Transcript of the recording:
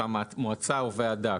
אותה מועצה או ועדה.